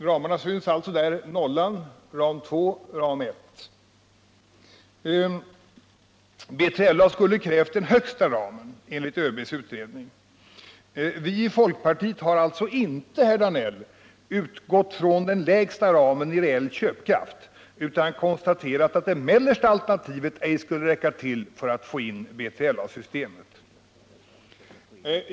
Ramarna syns alltså: 0, ram 2, ram 1.